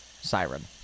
siren